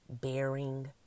bearing